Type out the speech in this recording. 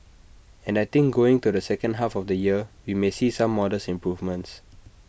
and I think going to the second half of the year we may see some modest improvements